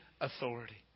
authority